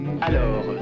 Alors